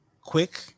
quick